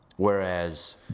Whereas